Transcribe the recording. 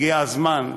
הגיע הזמן,